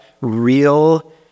real